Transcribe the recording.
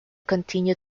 continue